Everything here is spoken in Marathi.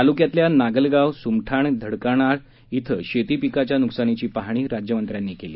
तालुक्यातल्या नागलगाव सुमठाण धडकनाळ ििं शेती पिकाच्या नुकसानीची पाहणी राज्यमंत्री त्यांनी केली